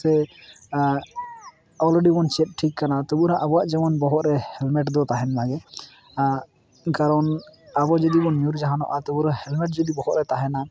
ᱥᱮ ᱚᱞᱨᱮᱰᱤ ᱵᱚᱱ ᱪᱮᱫ ᱴᱷᱤᱠ ᱟᱠᱟᱱᱟ ᱛᱚᱵᱩ ᱨᱮᱦᱚᱸ ᱟᱵᱚᱣᱟᱜ ᱡᱮᱢᱚᱱ ᱵᱚᱦᱚᱜ ᱨᱮ ᱦᱮᱞᱢᱮᱴ ᱫᱚ ᱛᱟᱦᱮᱱ ᱢᱟᱜᱮ ᱟᱨ ᱠᱟᱨᱚᱱ ᱟᱵᱚ ᱡᱩᱫᱤᱵᱚᱱ ᱧᱩᱨ ᱡᱟᱦᱟᱱᱚᱜᱼᱟ ᱛᱚᱵᱩ ᱨᱮᱦᱚᱸ ᱦᱮᱞᱢᱮᱴ ᱡᱩᱫᱤ ᱵᱚᱦᱚᱜ ᱨᱮ ᱛᱟᱦᱮᱱᱟ